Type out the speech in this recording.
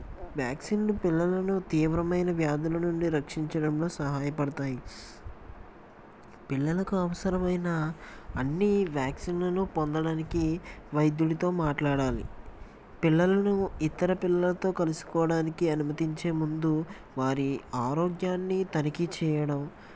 vaccine పిల్లలను తీవ్రమైన వ్యాధుల నుండి రక్షించడంలో సహాయపడతాయి పిల్లలకు అవసరమైన అన్నీ వ్యాక్సిన్లను పొందడానికి వైద్యుడితో మాట్లాడాలి పిల్లలను ఇతర పిల్లలతో కలుసుకోవడానికి అనుమతించే ముందు వారి ఆరోగ్యాన్ని తనిఖీ చేయడం